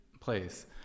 place